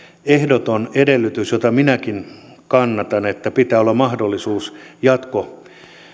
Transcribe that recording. ehdoton edellytys jota minäkin kannatan että pitää olla mahdollisuus jatko